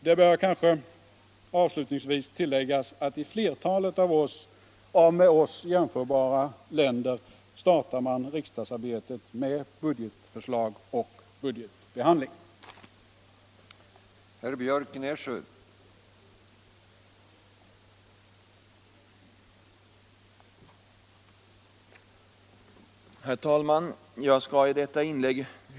Det bör kanske avslutningsvis tilläggas att i flertalet med oss jämförbara länder startar man riksdagsarbetet med budgetförslag och budgetbehandling.